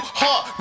heart